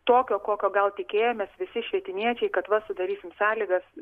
tokio kokio gal tikėjomės visi švietimiečiai kad va sudarysim sąlygas